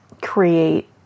create